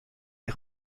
est